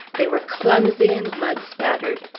they were clumsy, and mud-spattered!